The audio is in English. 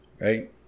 right